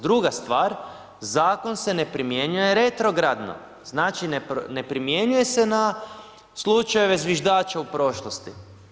Druga stvar, zakon se ne primjenjuje retrogradno, znači ne primjenjuje se slučaj zviždače u prošlosti.